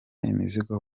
imizigo